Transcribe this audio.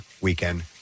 Weekend